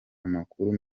amakuru